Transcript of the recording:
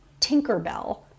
Tinkerbell